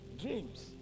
Dreams